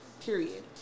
period